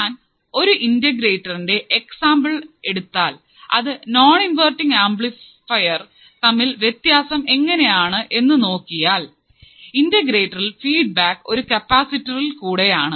ഞാൻ ഒരു ഇന്റഗ്രേറ്ററിന്റെ എക്സാമ്പിൾ എടുത്താൽ അത് നോൺ ഇൻവെർട്ടിങ് ആംപ്ലിഫയർ തമ്മിൽ വിത്യാസം എങ്ങനെ ആണ് എന്നു നോക്കിയാൽ ഇന്റഗ്രേറ്ററിൽ ഫീഡ്ബാക്ക് ഒരു കപ്പാസിറ്ററിൽ കൂടെയാണ്